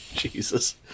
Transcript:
Jesus